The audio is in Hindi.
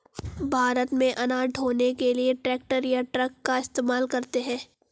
भारत में अनाज ढ़ोने के लिए ट्रैक्टर या ट्रक का इस्तेमाल करते हैं